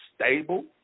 stable